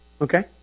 Okay